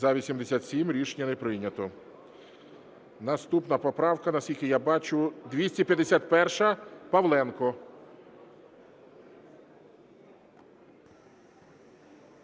За-87 Рішення не прийнято. Наступна поправка, наскільки я бачу, 251, Павленко.